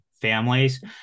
families